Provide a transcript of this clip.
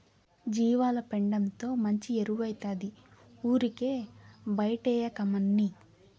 జీవాల పెండతో మంచి ఎరువౌతాది ఊరికే బైటేయకమ్మన్నీ